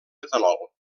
etanol